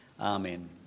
Amen